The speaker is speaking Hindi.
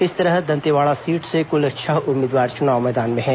इस तरह दंतेवाड़ा सीट से कुल छह उम्मीदवार चुनाव मैदान में हैं